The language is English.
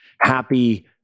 happy